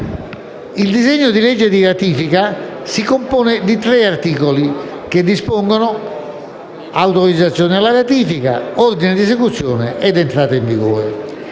Il disegno di legge di ratifica si compone di tre articoli che dispongono l'autorizzazione alla ratifica, l'ordine di esecuzione e l'entrata in vigore.